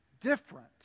different